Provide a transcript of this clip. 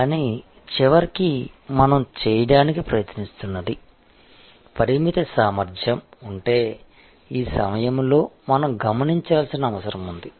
కానీ చివరికి మనం చేయటానికి ప్రయత్నిస్తున్నది పరిమిత సామర్థ్యం ఉంటే ఈ సమయంలో మనం గమనించాల్సిన అవసరం ఉంది